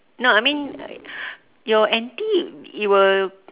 no I mean your N_T it will